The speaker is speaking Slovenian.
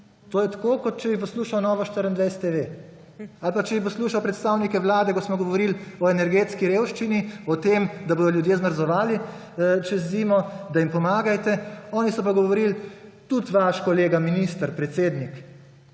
To je tako, kot če bi poslušal Novo24TV ali pa, če bi poslušal predstavnike Vlade, ko smo govorili o energetski revščini, o tem, da bodo ljudje zmrzovali čez zimo, da jim pomagajte, oni pa so govorili – tudi vaš kolega minister, predsednik